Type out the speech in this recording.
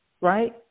right